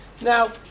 Now